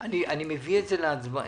אנחנו מבקשים תשובה עד שבוע הבא.